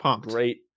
Great